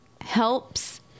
helps